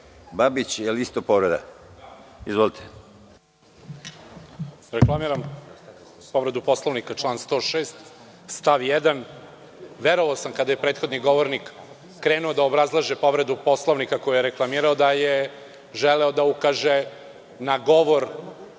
Babić, povreda Poslovnika. **Zoran Babić** Reklamiram povredu Poslovnika, član 106. stav 1. Verovao sam kada je prethodni govornik krenuo da obrazlaže povredu Poslovnika, pa je reklamirao da je želeo da ukaže na govor